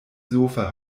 sofa